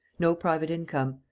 no private income.